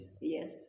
Yes